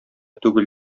түгел